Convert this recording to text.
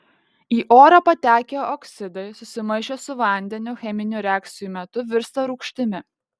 į orą patekę oksidai susimaišę su vandeniu cheminių reakcijų metu virsta rūgštimi